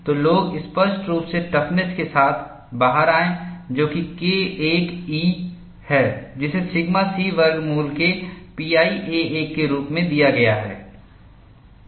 तो लोग स्पष्ट रूप से टफनेस के साथ बाहर आए जो कि K1e है जिसे सिग्मा c वर्ग मूल के pi a1 के रूप दिया गया है